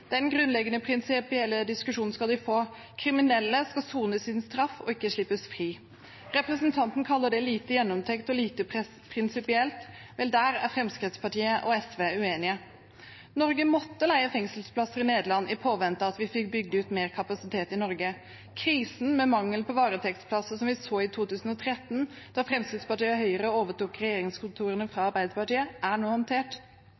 Den grunnleggende prinsipielle diskusjonen skal de få. Kriminelle skal sone sin straff og ikke slippes fri. Representanten kaller det lite gjennomtenkt og lite prinsipielt – vel, der er Fremskrittspartiet og SV uenige. Norge måtte leie fengselsplasser i Nederland i påvente av at vi fikk bygd ut mer kapasitet i Norge. Krisen med mangelen på varetektsplasser som vi så i 2013, da Fremskrittspartiet og Høyre overtok regjeringskontorene fra Arbeiderpartiet, er nå håndtert.